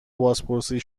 بازپرسی